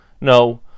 No